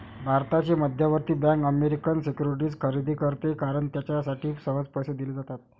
भारताची मध्यवर्ती bank American securities खरेदी करते कारण त्यासाठी सहज पैसे दिले जातात